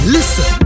Listen